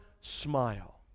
smile